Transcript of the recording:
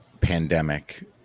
pandemic